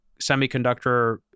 semiconductor